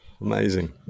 Amazing